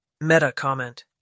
meta-comment